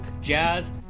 jazz